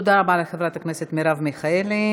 תודה רבה לחברת הכנסת מרב מיכאלי.